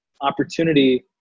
opportunity